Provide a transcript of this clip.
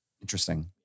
Interesting